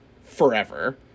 forever